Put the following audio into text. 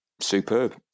Superb